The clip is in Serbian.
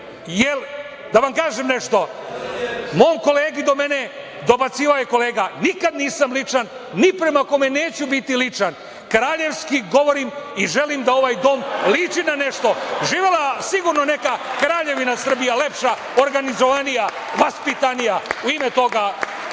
vam kažem nešto, mom kolegi do mene dobacivao je kolega. Nikad nisam ličan, ni prema kome neću biti ličan, kraljevski govorim i želim da ovaj Dom liči na nešto. Živela sigurno neka kraljevina Srbija, lepša, organizovanija, vaspitanija. U ime toga,